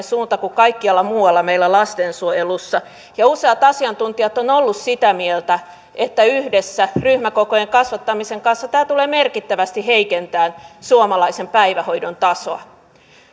suunta kuin kaikkialla muualla meillä lastensuojelussa ja useat asiantuntijat ovat olleet sitä mieltä että yhdessä ryhmäkokojen kasvattamisen kanssa tämä tulee merkittävästi heikentämään suomalaisen päivähoidon tasoa